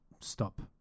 stop